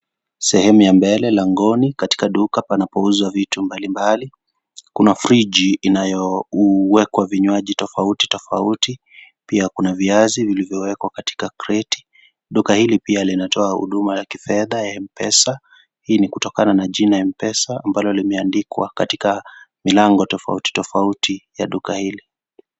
Sehemu ya mbele langoni katika duka panapouzwa vitu mbalimbali kuna friji inayowekwa vinywaji tofauti tofauti, pia kuna viazi vilivyowekwa katika kreti .Duka hili pia linatoa huduma la kifedha M-pesa , hii ni kutokana na jina Mpesa ambalo limeandikwa katika milango tofauti tofauti ya duka hili.